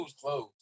close